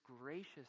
gracious